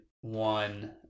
one